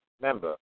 member